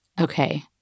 Okay